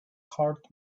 cart